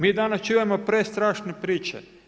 Mi danas čujemo prestrašne priče.